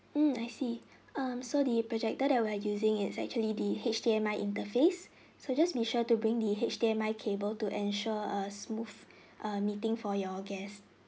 mm I see um so the projector that we're using it's actually the H_D_M_I interface so just be sure to bring the H_D_M_I cable to ensure a smooth err meeting for your guests